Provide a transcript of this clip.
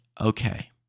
okay